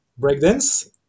breakdance